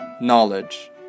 knowledge